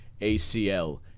ACL